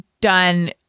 Done